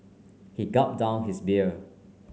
he gulp down his beer